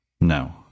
No